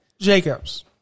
jacobs